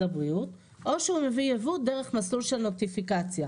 הבריאות או שהוא מביא יבוא דרך מסלול של נוטיפיקציה.